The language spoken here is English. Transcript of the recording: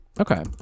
Okay